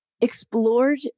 explored